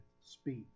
speak